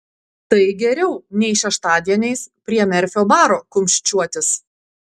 tai geriau nei šeštadieniais prie merfio baro kumščiuotis